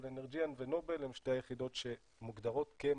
אבל אנרג'יאן ונובל הן שתי היחידות שמוגדרות כמפעילים,